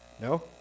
No